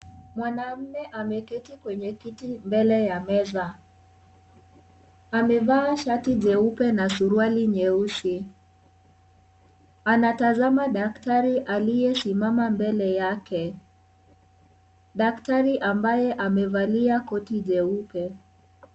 Mwanamme ameketi kwenye kiti mbele ya meza. Amevaa shati jeupe na suruali jeusi. Anatazama daktari aliyesimama mbele yake. Daktari ambaye amevalia koti jeupe.